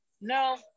no